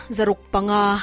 Zarukpanga